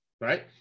right